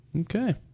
Okay